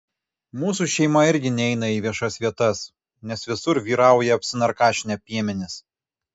mūsų šeima irgi neina į viešas vietas nes visur vyrauja apsinarkašinę piemenys